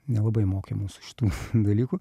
nelabai mokė mūsų šitų dalykų